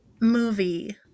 movie